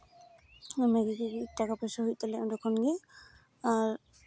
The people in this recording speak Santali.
ᱫᱚᱢᱮ ᱜᱮ ᱴᱟᱠᱟ ᱯᱚᱭᱥᱟ ᱦᱩᱭᱩᱜ ᱛᱟᱞᱮᱭᱟ ᱚᱸᱰᱮ ᱠᱷᱚᱡ ᱜᱮ ᱟᱨ